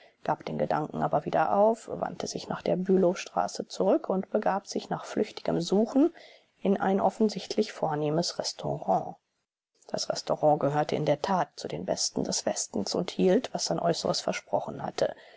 gab den gedanken aber wieder auf wandte sich nach der bülowstraße zurück und begab sich nach flüchtigem suchen in ein offensichtlich vornehmes restaurant das restaurant gehörte in der tat zu den besten des westens und hielt was sein äußeres versprochen hatte